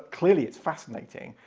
clearly it's fascinating.